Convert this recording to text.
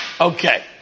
Okay